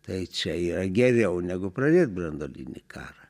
tai čia yra geriau negu pradėt branduolinį karą